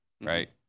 right